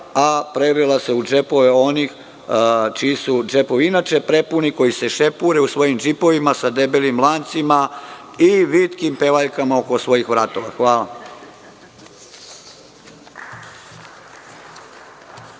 a prelila se u džepove onih čiji su džepovi inače prepuni, koji se šepure u svojim džipovima, sa debelim lancima i vitkim pevaljkama oko svojih vratova. Hvala.